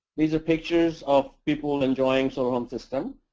these are pictures of people enjoying solar home system